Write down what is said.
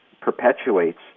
perpetuates